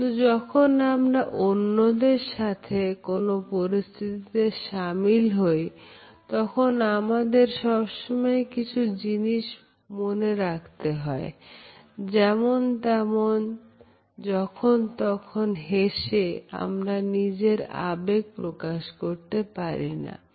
কিন্তু যখন আমরা অন্যদের সাথে কোন পরিস্থিতিতে সামিল হই তখন আমাদের সব সময় কিছু জিনিস মনে রাখতে হয় যেমন তেমন যখন তখন হেসে আমরা নিজের আবেগ প্রকাশ করতে পারিনা